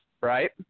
right